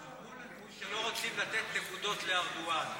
סיפרו לנו שלא רוצים לתת נקודות לארדואן.